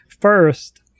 First